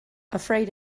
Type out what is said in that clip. afraid